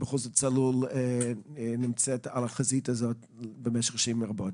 צלול נמצאת בחזית הזאת במשך שנים רבות.